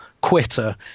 Quitter